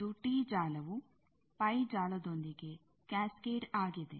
ಒಂದು ಟೀ ಜಾಲವು ಪೈ ಜಾಲದೊಂದಿಗೆ ಕ್ಯಾಸ್ಕೇಡ್ ಆಗಿದೆ